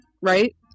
right